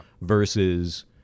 versus